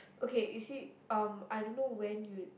okay you see um I don't know when you